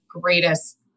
greatest